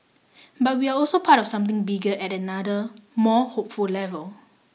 but we are also part of something bigger at another more hopeful level